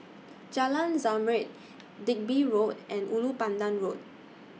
Jalan Zamrud Digby Road and Ulu Pandan Road